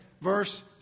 Verse